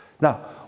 Now